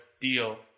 deal